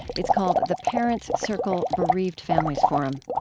it's called the parents circle bereaved families forum.